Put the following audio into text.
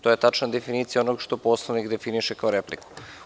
To je tačna definicija onog što Poslovnik definiše kao repliku.